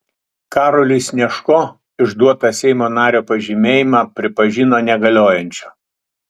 karoliui snežko išduotą seimo nario pažymėjimą pripažino negaliojančiu